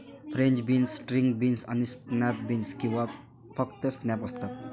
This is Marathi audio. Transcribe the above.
फ्रेंच बीन्स, स्ट्रिंग बीन्स आणि स्नॅप बीन्स किंवा फक्त स्नॅप्स असतात